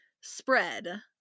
spread